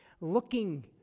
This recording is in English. looking